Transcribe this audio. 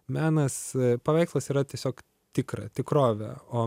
menas paveikslas yra tiesiog tikra tikrovė o